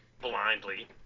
blindly